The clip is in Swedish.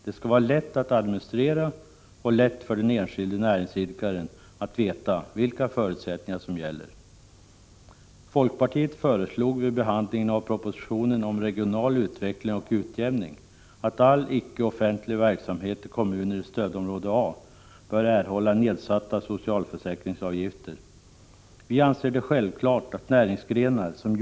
Det skall vara lätt att administrera, och det skall vara lätt för den enskilde näringsidkaren att veta vilka förutsättningar som gäller. Folkpartiet föreslog vid behandlingen av propositionen om regional utveckling och utjämning att all icke offentlig verksamhet i kommuner i stödområde A skall få nedsatta socialförsäkringavgifter. Vi anser det självklart att näringsgrenar som tex.